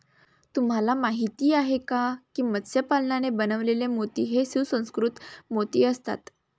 तुम्हाला माहिती आहे का की मत्स्य पालनाने बनवलेले मोती हे सुसंस्कृत मोती असतात